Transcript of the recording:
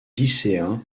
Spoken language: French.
lycéen